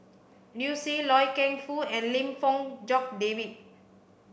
Liu Si Loy Keng Foo and Lim Fong Jock David